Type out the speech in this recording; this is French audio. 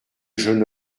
jeune